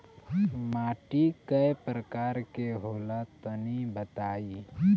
माटी कै प्रकार के होला तनि बताई?